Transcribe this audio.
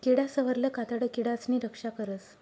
किडासवरलं कातडं किडासनी रक्षा करस